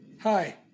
Hi